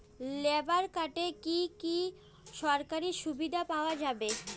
Labour কার্ডে কি কি সরকারি সুবিধা পাওয়া যাবে?